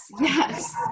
yes